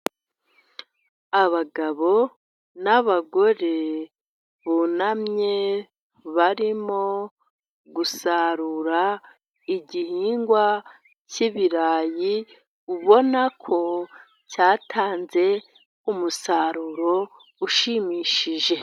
Abagabo n'abagore bunamye barimo gusarura igihingwa cy'ibirayi, ubona ko cyatanze umusaruro ushimishije.